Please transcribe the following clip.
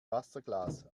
wasserglas